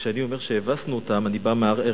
שכאשר אני אומר שהבסנו אותם, אני בא מהר-הרצל,